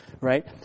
Right